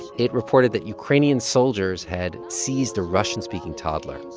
it reported that ukrainian soldiers had seized a russian-speaking toddler,